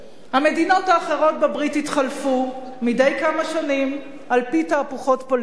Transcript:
המדינות האחרות בברית התחלפו מדי כמה שנים על-פי תהפוכות פוליטיות,